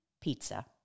pizza